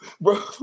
bro